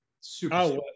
super